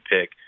pick